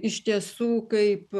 iš tiesų kaip